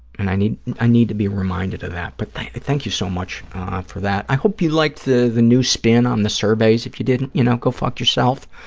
and i need i need to be reminded of that. but thank you so much for that. i hope you liked the the new spin on the surveys. if you didn't, you know, go fuck yourself.